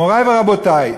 מורי ורבותי,